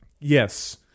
Yes